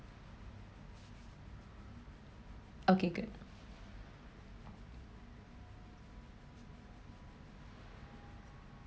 okay good